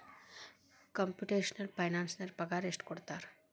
Computational ಫೈನಾನ್ಸರಿಗೆ ಪಗಾರ ಎಷ್ಟ್ ಕೊಡ್ತಾರ?